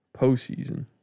Postseason